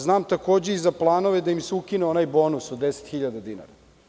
Znam takođe i za planove da im se ukine onaj bonus od 10.000 dinara.